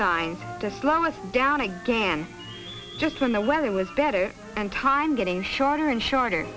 sign to slow us down again just when the weather was better and time getting shorter and shorter